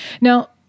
Now